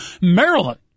Maryland